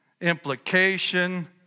implication